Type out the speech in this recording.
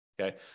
Okay